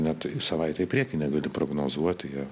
net savaitę į priekį negali prognozuoti